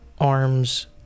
arms